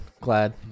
Glad